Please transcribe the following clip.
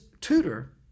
tutor